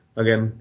again